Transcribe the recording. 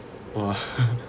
!wah!